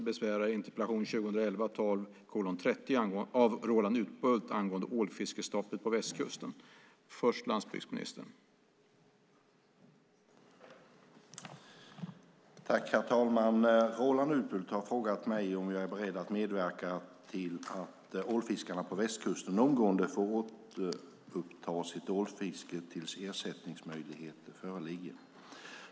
Herr talman! Roland Utbult har frågat mig om jag är beredd att medverka till att ålfiskarna på västkusten omgående får återuppta sitt ålfiske tills ersättningsmöjligheter föreligger.